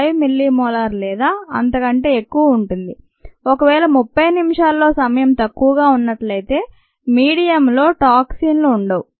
5 millimolar లేదా అంతకంటే ఎక్కువ ఉంటుంది ఒకవేళ 30 నిమిషాల్లో సమయం తక్కువగా ఉన్నట్లయితే మీడియం లో టాక్సిన్టాక్సిన్లు ఉండవు